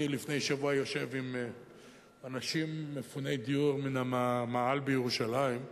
אני לפני שבוע יושב עם אנשים מפוני דיור מן המאהל בירושלים,